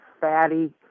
fatty